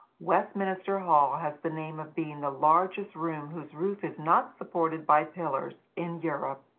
westminster hall has the name of being the largest room whose roof is not supported by pillars, in europe.